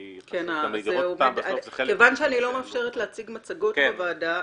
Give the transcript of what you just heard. כי חשוב לגבות את הדברים --- אני לא מאפשרת להציג מצגות בוועדה,